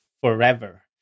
forever